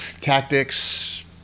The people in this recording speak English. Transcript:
Tactics